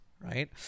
right